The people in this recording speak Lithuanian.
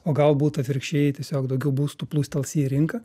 o galbūt atvirkščiai tiesiog daugiau būstų plūstels į rinką